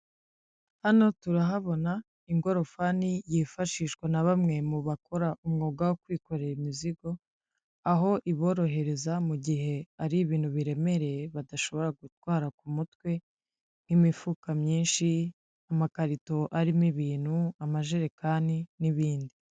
Hano turahabona ingorofani yifashishwa na bamwe mu bakora umwuga wo kwikorera imizigo aho iborohereza mu gihe ari ibintu biremereye badashobora gutwara ku mutwe, nk'imifuka myinshi, amakarito arimo ibintu, amajerekani n'ibindi.